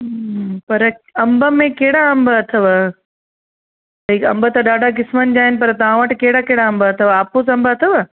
हम्म पर अंब में कहिड़ा अंब अथव भई अंब त ॾाढा क़िस्मनि जा आहिनि पर तव्हां वटि कहिड़ा कहिड़ा अंब अथव आपूस अंब अथव